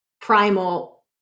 primal